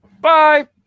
Bye